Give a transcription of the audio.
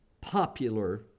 popular